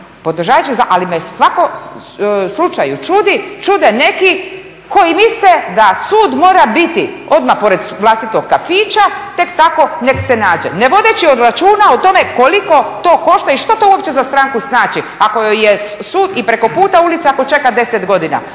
dali. Ali me u svakom slučaju čude neki koji misle da sud mora biti odmah pored vlastitog kafića tek tako nek se nađe, ne vodeći računa o tome koliko to košta i što to uopće za stranku znači ako joj je sud i preko puta ulice ako čeka 10 godina,